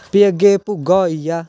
फ्ही अग्गें भुग्गा होई गेआ